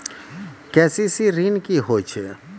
KCC ॠन की होय छै?